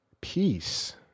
peace